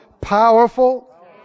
powerful